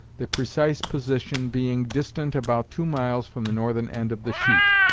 the precise position being distant about two miles from the northern end of the sheet,